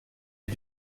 est